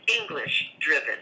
English-driven